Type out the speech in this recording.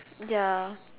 ya